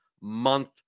month